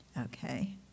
Okay